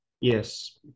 Yes